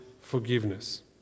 forgiveness